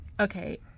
Okay